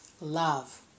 love